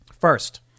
First